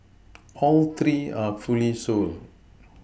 all three are fully sold